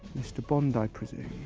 mr bond i presume.